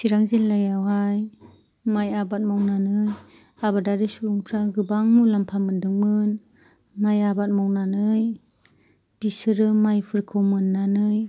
चिरां जिल्लायावहाय माइ आबाद मावनानै आबादारि सुबुंफोरा गोबां मुलाम्फा मोन्दोंमोन माइ आबाद मावनानै बिसोरो माइफोरखौ मोननानै